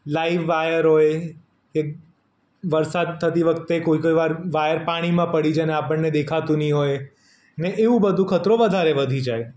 live વાયરો હોય એક વરસાદ થતી વખતે કોઈ કોઈવાર વાયર પાણીમાં પડી જાય અને આપણને દેખાતું નહીં હોય ને એવું બધું ખતરો વધારે વધી જાય